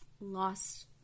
lost